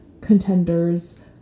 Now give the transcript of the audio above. contenders